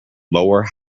lower